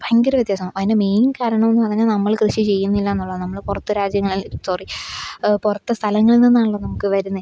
ഭയങ്കര വ്യത്യാസം അതിന് മെയിൻ കാരണമെന്നു പറഞ്ഞാൽ നമ്മൾ കൃഷി ചെയ്യുന്നില്ലായെന്നുള്ളതാ നമ്മൾ പുറത്ത് രാജ്യങ്ങളിൽ സോറി പുറത്ത് സ്ഥലങ്ങളിൽ നിന്നാണല്ലോ നമുക്ക് വരുന്നത്